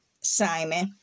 Simon